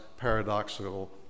paradoxical